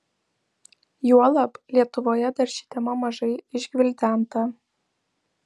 juolab lietuvoje dar ši tema mažai išgvildenta